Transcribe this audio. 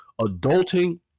adulting